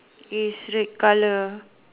is red colour